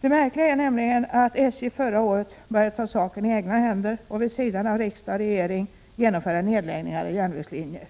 Det märkliga är att SJ nu börjat ta saken i egna händer och vid sidan av riksdag och regering genomföra nedläggningar av järnvägslinjer.